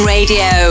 Radio